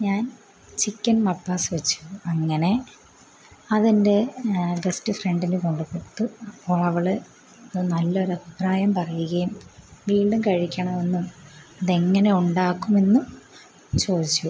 ഞാൻ ചിക്കൻ മപ്പാസ് വെച്ചു അങ്ങനെ അതെൻ്റെ ബെസ്റ്റ് ഫ്രണ്ടിന് കൊണ്ടുകൊടുത്തു അപ്പോൾ അവൾ നല്ല ഒരഭിപ്രായം പറയുകയും വീണ്ടും കഴിക്കണമെന്നും ഇത് എങ്ങനെ ഉണ്ടാക്കുമെന്നും ചോദിച്ചു